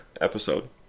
episode